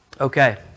Okay